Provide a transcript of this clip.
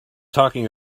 talking